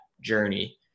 journey